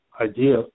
idea